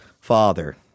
father